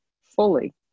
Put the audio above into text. fully